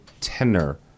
tenor